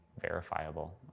verifiable